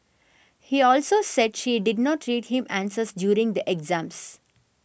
he also said she did not read him answers during the exams